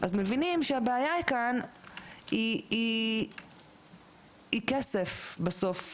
אז מבינים שהבעיה כאן היא כסף בסוף.